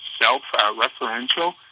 self-referential